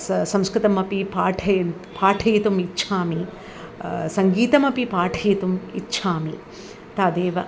स संस्कृतमपि पाठयन् पाठयितुम् इच्छामि सङ्गीतमपि पाठयितुम् इच्छामि तदेव